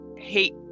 hate